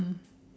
mm